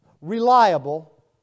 reliable